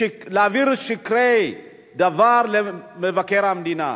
להעביר דברי שקר למבקר המדינה.